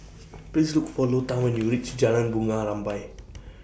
Please Look For Lota when YOU REACH Jalan Bunga Rampai